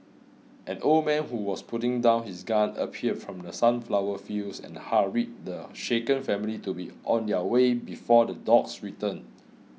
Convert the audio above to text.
an old man who was putting down his gun appeared from the sunflower fields and hurried the shaken family to be on their way before the dogs return